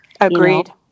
agreed